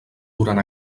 durant